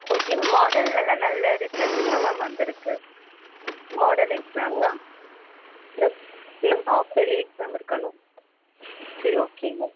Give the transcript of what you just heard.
okay ma'am மாடல்லலாம் நல்ல result தான் மேம் வந்திருக்கு மாடல் எக்ஸாம்லாம் இன்னும் இன்னும் ஆஃப் இயர்லி எக்ஸாம் இருக்கணும் சரி ஓகே மேம்